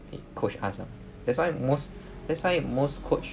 he coach us ah that's why most that's why most coach